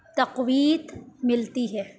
تقویید ملتی ہے